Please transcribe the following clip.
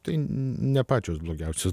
tai ne pačios blogiausios dainos